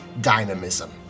dynamism